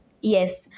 Yes